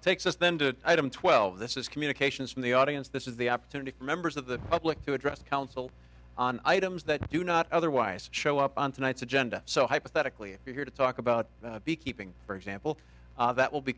takes us then to item twelve this is communications from the audience this is the opportunity for members of the public to address council on items that do not otherwise show up on tonight's agenda so hypothetically if you're here to talk about beekeeping for example that will be